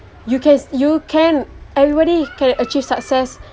you can you can everybody can achieve success